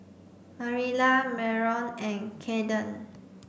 Marilla Myron and Kaydence